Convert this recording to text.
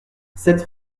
cette